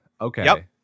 Okay